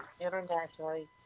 internationally